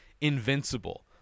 invincible